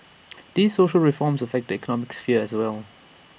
these social reforms affect the economic sphere as well